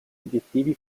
obbiettivi